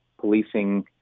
policing